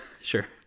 sure